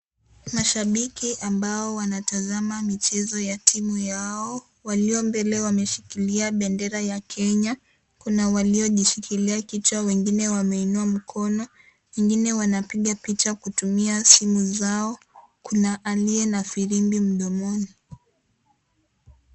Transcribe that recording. Mashabiki ambao wanatazama michezo ya timu yao, walio mbele wameshikilia bendera ya Kenya kuna walio shikilia kichwa wengine wameinua mikono ,wengine wanapiga picha kutumia simu zao kuna aliyena firimbi mdomoni.